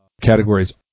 categories